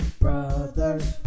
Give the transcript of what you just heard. Brothers